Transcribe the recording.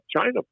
China